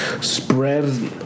spread